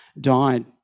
died